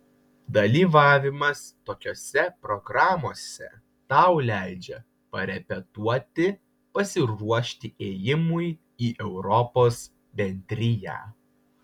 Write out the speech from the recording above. dalyvavimas tokiose programose tau leidžia parepetuoti pasiruošti ėjimui į europos bendriją